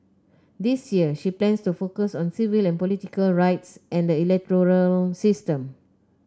this year she plans to focus on civil and political rights and the electoral system